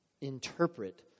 interpret